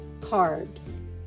carbs